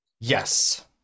Yes